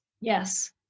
Yes